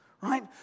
right